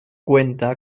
cuenta